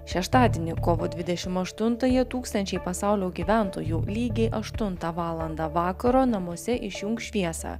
šeštadienį kovo dvidešimt aštuntąją tūkstančiai pasaulio gyventojų lygiai aštuntą valandą vakaro namuose išjungs šviesą